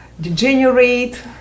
degenerate